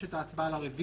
יש הצבעה על הרביזיה,